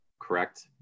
correct